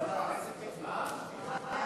מי